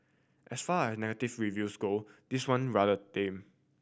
as far as negative reviews go this one rather tame